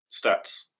Stats